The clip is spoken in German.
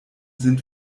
sind